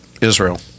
Israel